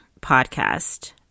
podcast